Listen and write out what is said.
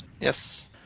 Yes